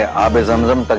ah aabe zam zam, but